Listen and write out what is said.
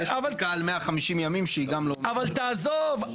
יש פסיקה על 150 ימים שהיא גם לא --- אבל תעזוב,